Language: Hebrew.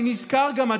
אני נזכר גם,